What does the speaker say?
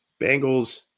Bengals